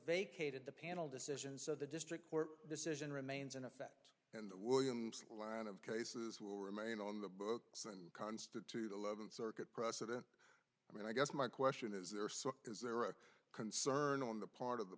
vacated the panel decision so the district court decision remains in effect and the williams line of cases will remain on the books and constitute eleventh circuit precedent i mean i guess my question is there so is there a concern on the part of the